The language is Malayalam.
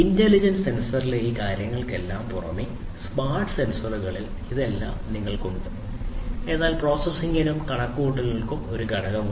ഇന്റലിജന്റ് സെൻസറിലെ ഈ കാര്യങ്ങൾക്കെല്ലാം പുറമേ സ്മാർട്ട് സെൻസറുകളിൽ ഉള്ളതെല്ലാം നിങ്ങൾക്ക് ഉണ്ട് എന്നാൽ പ്രോസസ്സിംഗിനും കണക്കുകൂട്ടലിനും ഒരു ഘടകമുണ്ട്